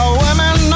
women